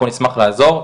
אנחנו נשמח לעזור.